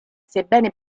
sebbene